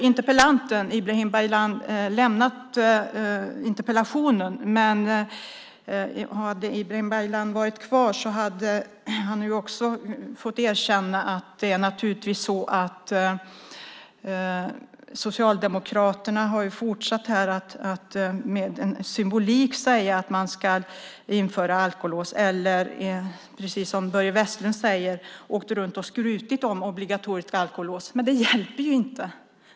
Interpellanten Ibrahim Baylan har lämnat debatten, men om han hade varit kvar hade han fått erkänna att Socialdemokraterna har fortsatt att med en symbolik säga att man ska införa alkolås eller, som Börje Vestlund säger, åkt runt och skrutit om obligatoriska alkolås. Men det hjälper ju inte.